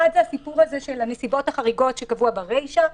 הראשון הוא הנסיבות החריגות שקבוע ברישה,